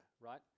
right